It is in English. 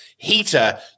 Heater